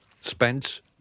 Spence